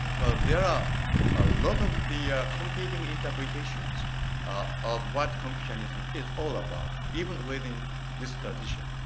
well, there are a lot of the competing interpretations of what confucianism is all about even within this position.